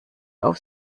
auf